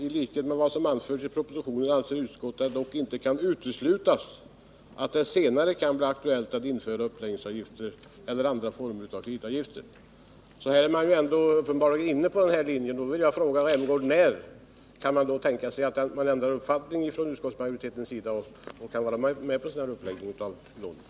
I likhet med vad som anförs i propositionen anser utskottet dock att det inte kan uteslutas att det senare kan bli aktuellt att införa uppläggningsavgifter eller andra former av kreditavgifter.” Utskottsmajoriteten är alltså uppenbarligen inne på linjen att införa avgifter, och jag vill därför fråga Rolf Rämgård: När kan man tänka sig att ändra uppfattning från utskottsmajoritetens sida och gå med på en sådan uppläggning som vi reservanter föreslår?